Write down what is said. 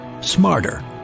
smarter